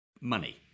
money